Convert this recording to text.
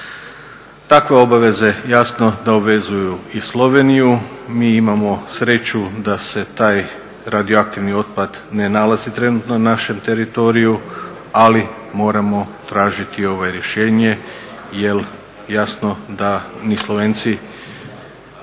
Takve obaveze jasno da obvezuju i Sloveniju. Mi imamo sreću da se taj radioaktivni otpad ne nalazi trenutno na našem teritoriju, ali moramo tražiti rješenje jer jasno da ni Slovenci